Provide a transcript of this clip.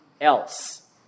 else